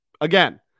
Again